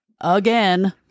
again